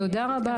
תודה רבה,